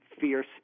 fierce